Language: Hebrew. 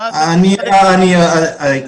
אתה זה שמנהל את הכסף.